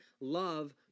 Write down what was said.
love